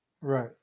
Right